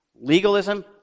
Legalism